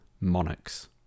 monarchs